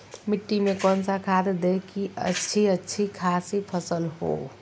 मिट्टी में कौन सा खाद दे की अच्छी अच्छी खासी फसल हो?